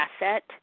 asset